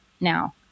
now